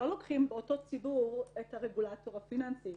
לא לוקחים באותו ציבור את השיקולים של הרגולטור הפיננסי,